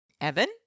Evan